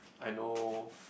I know